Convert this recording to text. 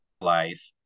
life